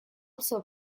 also